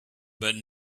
but